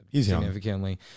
significantly